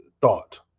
thought